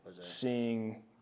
seeing